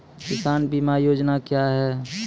किसान बीमा योजना क्या हैं?